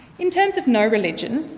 in terms of no religion,